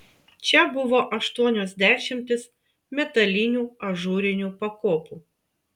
čia buvo aštuonios dešimtys metalinių ažūrinių pakopų